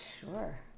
Sure